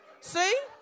See